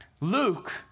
Luke